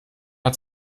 hat